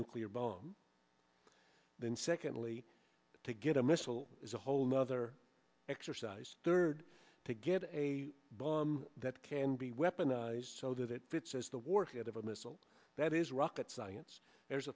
nuclear bomb then secondly to get a missile is a whole nother exercise third to get a bomb that can be weaponized so that it fits as the warhead of a missile that is rocket science there's